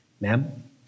ma'am